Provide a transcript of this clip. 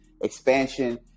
Expansion